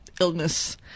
illness